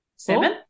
Seven